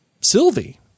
Sylvie